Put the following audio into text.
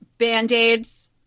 band-aids